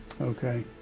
Okay